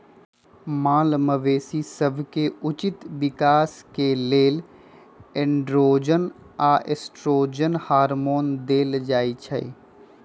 माल मवेशी सभके उचित विकास के लेल एंड्रोजन आऽ एस्ट्रोजन हार्मोन देल जाइ छइ